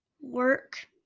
work